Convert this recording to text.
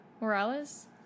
Morales